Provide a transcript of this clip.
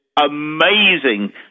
amazing